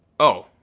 oh,